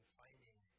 finding